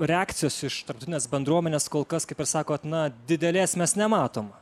reakcijos iš tarptautinės bendruomenės kol kas kaip ir sakot na didelės mes nematom